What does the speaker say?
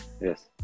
Yes